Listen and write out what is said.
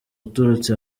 uturutse